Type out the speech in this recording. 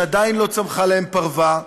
שעדיין לא צמחה להם פרווה.